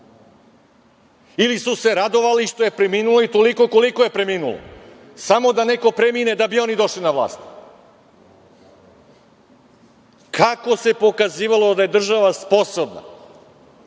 Ili su se radovali što je preminulo i toliko koliko je preminulo, samo da neko premine da bi oni došli na vlast. Kako se pokazivalo da je država sposobna